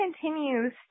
continues